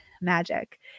magic